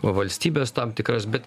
valstybės tam tikras bet